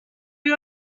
you